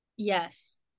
Yes